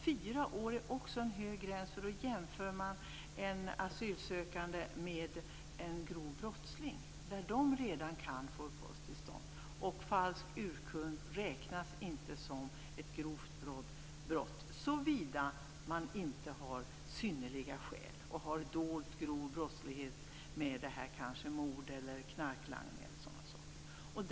Fyra år är också en hög gräns. Då jämför man en asylsökande med en grov brottsling. De kan redan få uppehållstillstånd. Falsk urkund räknas inte som ett grovt brott såvida det inte finns synnerliga skäl. Det gäller kanske dold grov brottslighet, mord, knarklangning eller sådana saker.